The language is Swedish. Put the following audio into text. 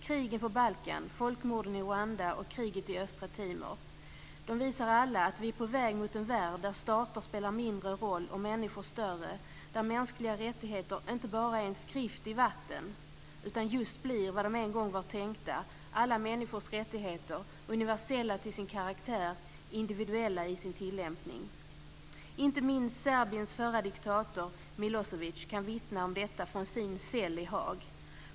Krigen på Balkan, folkmorden i Rwanda och kriget i Östtimor visar alla att vi är på väg mot en värld där stater spelar mindre roll och människor större. Mänskliga rättigheter är inte bara en skrift i vatten utan blir just vad de en gång var tänkta: Alla människors rättigheter, universella till sin karaktär, individuella i sin tillämpning. Inte minst Serbiens förra diktator Milosevic kan vittna om detta från sin cell i Haag.